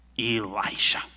Elisha